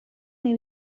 may